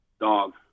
dog